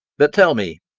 but tell me,